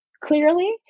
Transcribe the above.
clearly